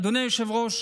אדוני היושב-ראש,